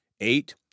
Eight